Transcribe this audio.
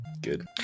Good